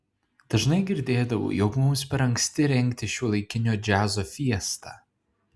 dažnai girdėdavau jog mums per anksti rengti šiuolaikinio džiazo fiestą